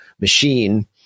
machine